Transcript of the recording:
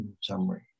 Summary